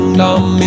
dumb